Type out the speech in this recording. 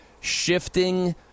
shifting